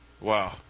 Wow